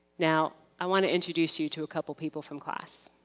now i want to introduce you to a couple people from class.